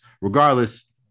Regardless